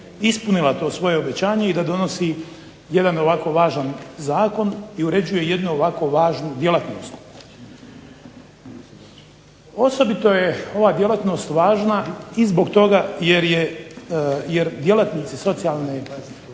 ispunila to svoje obećanje i da donosi jedan ovako važan zakon i uređuje jednu ovako važnu djelatnost. Osobito je ova djelatnost važna i zbog toga jer je, jer djelatnici socijalne